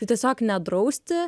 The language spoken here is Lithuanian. tai tiesiog nedrausti